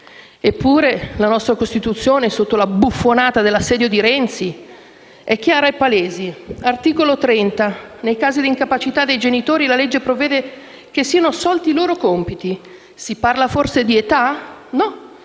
Eppure la nostra Costituzione, sotto la buffonata dell'assedio di Renzi, è chiara e palese. Articolo 30: «Nei casi di incapacità dei genitori, la legge provvede a che siano assolti i loro compiti». Si parla forse di età? No,